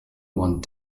one